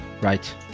Right